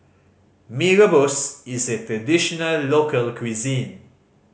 Mee Rebus is a traditional local cuisine